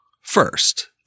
first